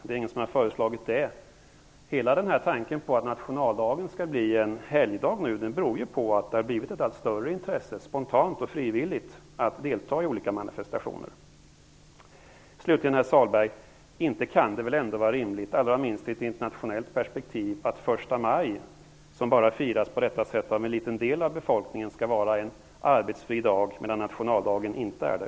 Det är ingen som har föreslagit det. Hela tanken på att nationaldagen skall bli en helgdag beror på att det har blivit ett allt större intresse, spontant och frivilligt, att delta i olika manifestationer. Slutligen, herr Sahlberg: Inte kan det väl ändå vara rimligt, allra minst i ett internationellt perspektiv, att första maj, som bara firas av en liten del av befolkningen, skall vara arbetsfri dag, medan nationaldagen inte är det?